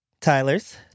Tyler's